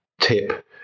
tip